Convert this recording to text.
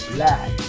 Black